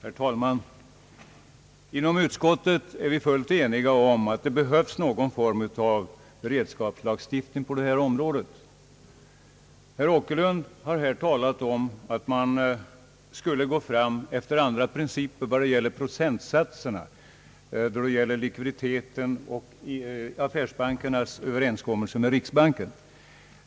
Herr talman! Inom utskottet är vi eniga om att det behövs någon form av beredskapslagstiftning på detta område. Herr Åkerlund anser att andra principer bör tillämpas när det gäller att bestämma likviditetskvoten och när det gäller affärsbankernas överenskommelser med riksbanken.